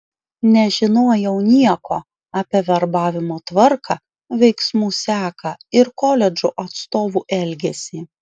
nežinojau nieko apie verbavimo tvarką veiksmų seką ir koledžų atstovų elgesį